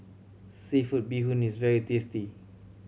seafood bee hoon is very tasty